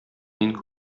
мин